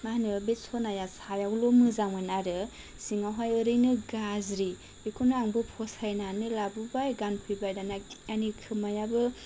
मा होनो बे सनाया सायावल' मोजांमोन आरो सिङावहाय ओरैनो गाज्रि बेखौनो आंबो फसायनानै लाबोबाय गानफैबाय दाना आंनि खोमायाबो